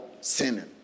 sinning